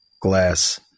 glass